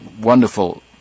wonderful